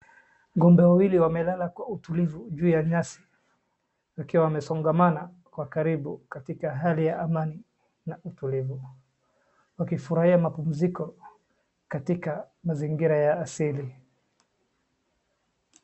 Ng'ombe wawili wamelalal kwa utulivu juu ya nyasi wakiwa wamesongamana kwa karibu katika hali ya amani na utulivu. Wakifurahia mapumziko katika mazingira ya asili.